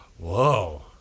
Whoa